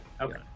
Okay